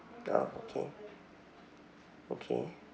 oh okay okay